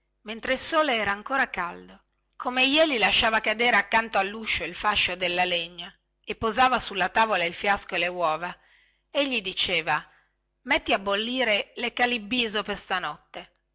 mentre il sole era ancora caldo come jeli lasciava cadere accanto alluscio il fascio della legna e posava sulla tavola il fiasco e le uova ei gli diceva metti a bollire lecalibbiso per stanotte